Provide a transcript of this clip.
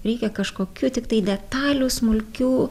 reikia kažkokių tiktai detalių smulkių